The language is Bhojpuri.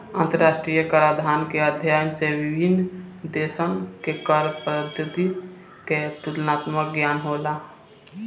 अंतरराष्ट्रीय कराधान के अध्ययन से विभिन्न देशसन के कर पद्धति के तुलनात्मक ज्ञान होला